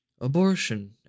Abortion